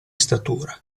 statura